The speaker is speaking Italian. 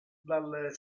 dalle